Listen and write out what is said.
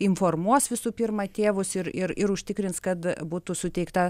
informuos visų pirma tėvus ir ir ir užtikrins kad būtų suteikta